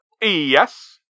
Yes